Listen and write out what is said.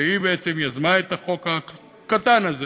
והיא בעצם יזמה את החוק הקטן הזה